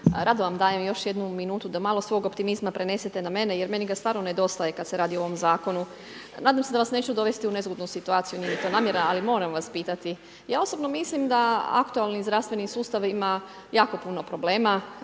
rado vam dajem još jednu minutu da malo svog optimizma prenesete na mene jer meni ga stvarno nedostaje kad se radi o ovom Zakonu. Nadam se da vas neću dovesti u nezgodnu situaciju, nije mi to namjera, ali moram vas pitati. Ja osobno mislim da aktualni zdravstveni sustav ima jako puno problema,